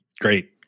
great